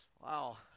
Wow